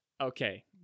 okay